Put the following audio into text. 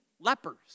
lepers